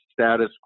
status